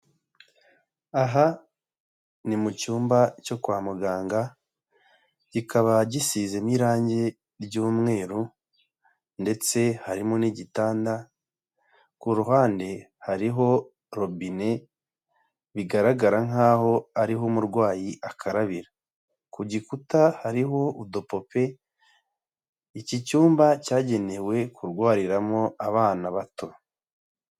Aha ni mu cyumba cyo kwa muganga, kikaba gisizemo irange ry'umweru ndetse harimo n'igitanda, ku ruhande hariho robine bigaragara nk'aho ariho umurwayi akarabira. Ku gikuta hariho udupupe, iki cyumba cyagenewe kurwariramo abana bato.